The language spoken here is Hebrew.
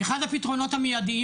אחד הפתרונות המידיים,